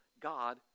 God